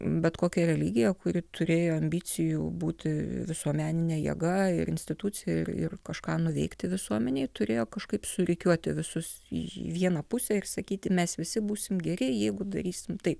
bet kokia religija kuri turėjo ambicijų būti visuomeninė jėga ir institucija ir kažką nuveikti visuomenei turėjo kažkaip surikiuoti visus į vieną pusę ir sakyti mes visi būsim geri jeigu darysim taip